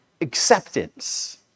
acceptance